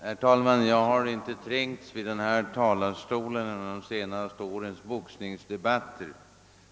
Herr talman! Jag har inte trängts vid denna talarstol under de senaste årens boxningsdebatter.